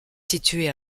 située